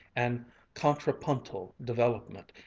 and contrapuntal development,